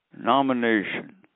nomination